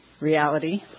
reality